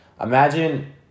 imagine